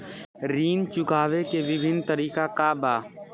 ऋण चुकावे के विभिन्न तरीका का बा?